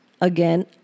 again